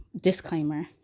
Disclaimer